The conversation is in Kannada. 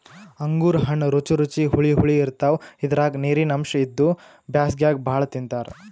ಅಂಗೂರ್ ಹಣ್ಣ್ ರುಚಿ ರುಚಿ ಹುಳಿ ಹುಳಿ ಇರ್ತವ್ ಇದ್ರಾಗ್ ನೀರಿನ್ ಅಂಶ್ ಇದ್ದು ಬ್ಯಾಸ್ಗ್ಯಾಗ್ ಭಾಳ್ ತಿಂತಾರ್